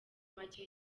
make